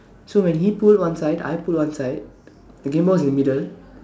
so when he pulled one side I pulled one side the game boy is in the middle